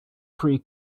free